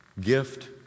gift